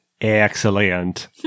Excellent